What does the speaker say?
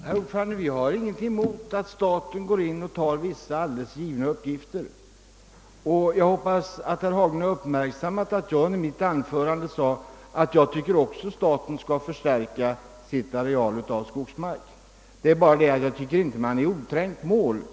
Herr talman! Vi har ingenting emot att staten svarar för vissa allmänt angivna uppgifter. Jag hoppas också att herr Haglund uppmärksammade att jag i mitt tidigare anförande sade att också jag tycker staten skall utöka sin skogsmarksareal. Men jag tycker inte att det skall göras i oträngt mål.